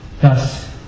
Thus